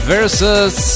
Versus